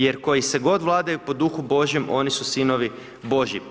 Jer koji se god vladaju po Duhu Božjem, oni su sinovi Božji.